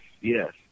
yes